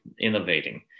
innovating